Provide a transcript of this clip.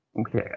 Okay